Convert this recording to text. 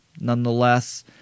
nonetheless